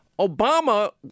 Obama